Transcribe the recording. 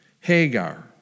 Hagar